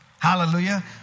Hallelujah